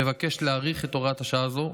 מבקש להאריך את הוראת השעה הזו,